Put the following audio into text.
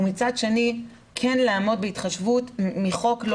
ומצד שני כן לעמוד בהתחשבות מחוק לא